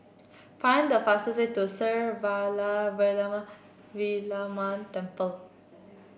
find the fastest way to Sri Vairavimada Kaliamman Temple